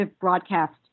broadcast